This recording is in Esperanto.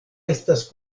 estas